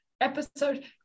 episode